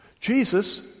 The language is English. Jesus